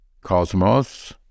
cosmos